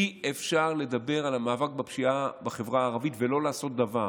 אי-אפשר לדבר על המאבק בפשיעה בחברה הערבית ולא לעשות דבר.